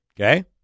Okay